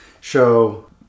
show